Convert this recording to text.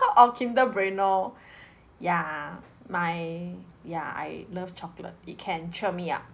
or kinder bueno ya my ya I love chocolate it can cheer me up